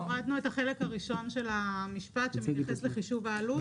הורדנו את החלק הראשון של המשפט שמתייחס לחישוב העלות.